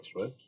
right